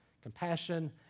compassion